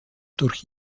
durch